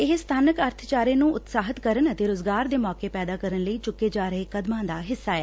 ਇਹ ਸਬਾਨਕ ਆਰਬਚਾਰੇ ਨੂੰ ਉਤਸ਼ਾਹਿਤ ਕਰਨ ਅਤੇ ਰੋਜ਼ਗਾਰ ਦੇ ਮੌਕੇ ਪੈਦਾ ਕਰਨ ਲਈ ਚੁੱਕੇ ਜਾ ਰਹੇ ਕਦਮਾਂ ਦਾ ਹਿੱਸਾ ਐ